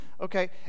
Okay